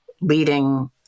leading